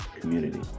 community